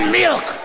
milk